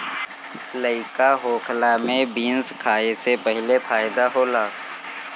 लइका होखला में बीन्स खाए से बहुते फायदा होला